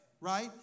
right